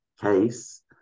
case